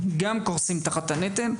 גם קורסים תחת הנטל.